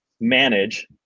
manage